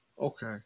okay